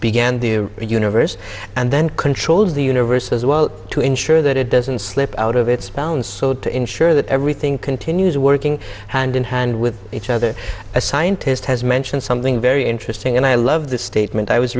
began the universe and then controls the universe as well to ensure that it doesn't slip out of its bounds so to ensure that everything continues working hand in hand with each other a scientist has mentioned something very interesting and i love the statement i was